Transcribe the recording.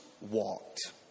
walked